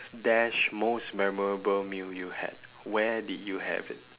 dash most memorable meal you had where did you have it